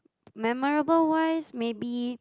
memorable wise maybe